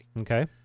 Okay